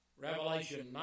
Revelation